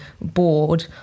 bored